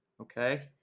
Okay